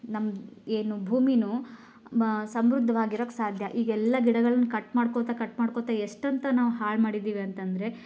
ನಮ್ದು ಏನು ಭೂಮಿಯೂ ಸಮೃದ್ಧವಾಗಿರೋಕೆ ಸಾಧ್ಯ ಈಗ ಎಲ್ಲ ಗಿಡಗಳ್ನ ಕಟ್ ಮಾಡ್ಕೊಳ್ತ ಕಟ್ ಮಾಡ್ಕೊಳ್ತಾ ಎಷ್ಟಂತ ನಾವು ಹಾಳು ಮಾಡಿದ್ದೀವಿ ಅಂತ ಅಂದ್ರೆ